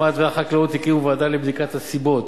התמ"ת והחקלאות הקימו ועדה לבדיקת הסיבות